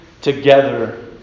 together